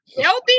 Healthy